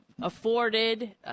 afforded